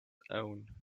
own